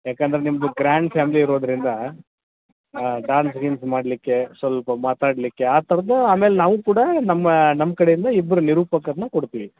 ಯಾಕೆಂದ್ರೆ ನಿಮ್ಮದು grand family ಇರೋದರಿಂದ ಡಾನ್ಸ್ ಗೀನ್ಸ್ ಮಾಡಲಿಕ್ಕೆ ಸ್ವಲ್ಪ ಮಾತಾಡಲಿಕ್ಕೆ ಆ ಥರದ್ದು ಆಮೇಲೆ ನಾವು ಕೂಡ ನಮ್ಮ ನಮ್ಮ ಕಡೆಯಿಂದ ಇಬ್ಬರು ನಿರೂಪಕರನ್ನ ಕೊಡ್ತೀವಿ